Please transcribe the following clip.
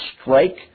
strike